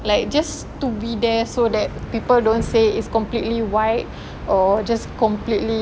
like just to be there so that people don't say it's completely white or just completely